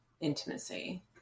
intimacy